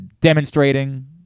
demonstrating